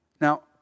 Now